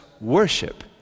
worship